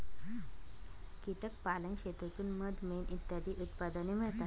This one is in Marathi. कीटक पालन शेतीतून मध, मेण इत्यादी उत्पादने मिळतात